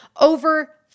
over